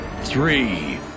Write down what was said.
three